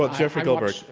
but jeffrey goldberg.